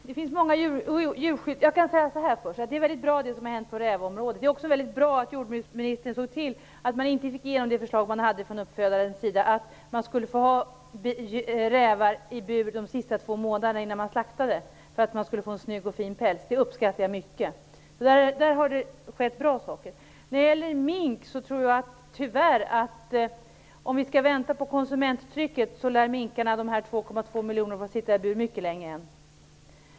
Herr talman! Det som har hänt på rävområdet är mycket bra. Det är också mycket bra att jordbruksministern såg till att det förslag som uppfödarna hade inte gick igenom. Det innebar att man skulle få ha rävar i bur de sista två månaderna innan man slaktar dem för att få en snygg och fin päls. Jag uppskattar det mycket. Där har det skett bra saker. När det gäller mink tror jag tyvärr att om vi skall vänta på konsumenttrycket lär de 2,2 miljoner minkarna få sitta i bur mycket länge.